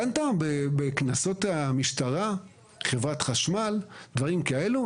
דנת בקנסות המשטרה, חברת החשמל, דברים כאלו?